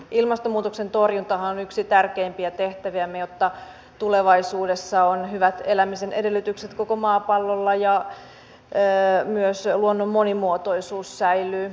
ilmastonmuutoksen torjuntahan on yksi tärkeimpiä tehtäviämme jotta tulevaisuudessa on hyvät elämisen edellytykset koko maapallolla ja myös luonnon monimuotoisuus säilyy